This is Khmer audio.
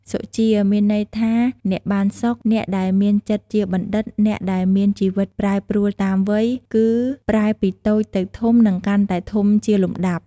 សុជា មានន័យថា អ្នកបានសុខ អ្នកដែលមានចិត្តជាបណ្ឌិត អ្នកដែលមានជីវិតប្រែប្រួលតាមវ័យ គឺប្រែពីតូចទៅធំនិងកាន់តែធំជាលំដាប់។